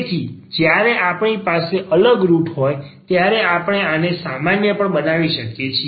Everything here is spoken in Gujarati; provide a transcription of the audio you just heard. તેથી જ્યારે આપણી પાસે અલગ રુટ હોય ત્યારે આપણે આને સામાન્ય પણ બનાવી શકીએ છીએ